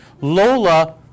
Lola